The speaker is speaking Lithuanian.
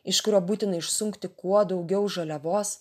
iš kurio būtina išsunkti kuo daugiau žaliavos